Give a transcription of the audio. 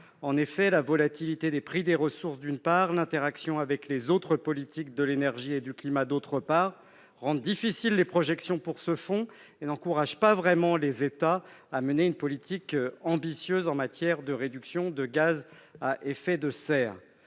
En effet, la volatilité des prix des ressources, d'une part, et l'interaction avec les autres politiques de l'énergie et du climat, d'autre part, rendent difficiles les projections sur ce fonds. Elles n'encouragent pas vraiment les États à mener une politique ambitieuse en matière de réduction de gaz à effet de serre.